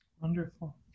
Wonderful